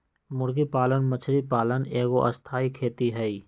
मुर्गी पालन मछरी पालन एगो स्थाई खेती हई